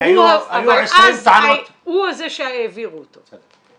אבל אז הוא זה שהעבירו אותו.